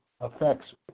affects